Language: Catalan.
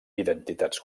identitats